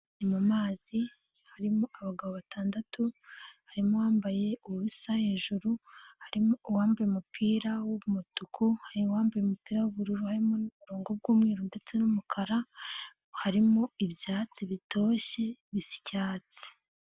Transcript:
Mu mazi harimo abagabo batandatu harimo uwambaye ubusa hejuru, harimo uwambaye umupira w'umutuku, hari uwambaye umupira w'ubururu harimo n'uburongo bw'umweru ndetse n'umukara, harimo ibyatsi bitoshye bisa icyatsi.